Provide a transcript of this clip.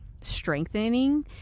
strengthening